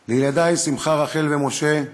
לילדי, שמחה, רחל ומשה,